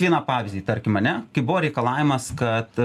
vieną pavyzdį tarkim ar ne kai buvo reikalavimas kad